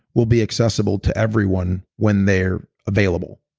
will be accessible to everyone when they're available.